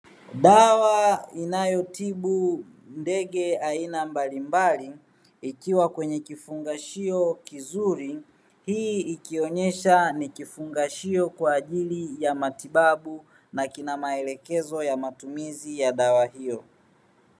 Dawa inayotibu ndege aina mbalimbali ikiwa kwenye kifungashio kizuri, hii ikionesha ni kifungashio kwa ajili ya matibabu na kina maelekezo ya matumizi ya dawa hiyo.